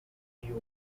you